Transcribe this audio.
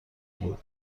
بود